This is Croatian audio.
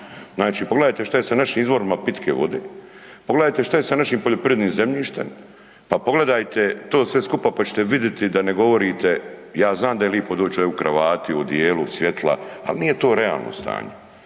Znači, pogledajte šta je sa našim izvorima pitke vode, pogledajte šta je sa našim poljoprivrednim zemljištem, pa pogledajte to sve skupa pa ćete vidjeti da ne govorite, ja znam da je lipo doći u kravati, u odijelu, svjetla, al nije to realno stanje.